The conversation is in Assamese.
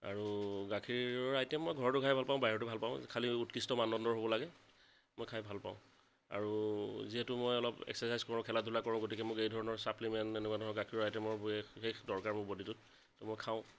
আৰু গাখীৰৰ আইটেম মই ঘৰতো খাই ভাল পাওঁ বাহিৰতো ভালপাওঁ খালী উৎকৃষ্ট মানদণ্ডৰ হ'ব লাগে মই খাই ভাল পাওঁ আৰু যিহেতু মই অলপ এক্সাৰচাইজ কৰোঁ খেলা ধূলা কৰোঁ গতিকে মোক এইধৰণৰ চাপ্লিমেণ্ট তেনেকুৱা ধৰণৰ গাখীৰৰ আইটেমৰ বিশেষ দৰকাৰ মোৰ বডিটোত ত' মই খাওঁ